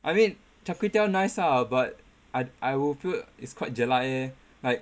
I mean char kway teow nice lah but I I will feel is quite jelak leh like